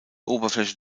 oberfläche